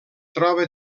troba